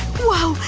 whoa.